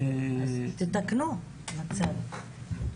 אז תתקנו קצת.